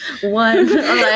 one